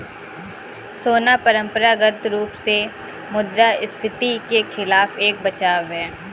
सोना परंपरागत रूप से मुद्रास्फीति के खिलाफ एक बचाव है